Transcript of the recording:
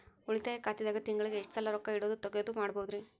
ಉಳಿತಾಯ ಖಾತೆದಾಗ ತಿಂಗಳಿಗೆ ಎಷ್ಟ ಸಲ ರೊಕ್ಕ ಇಡೋದು, ತಗ್ಯೊದು ಮಾಡಬಹುದ್ರಿ?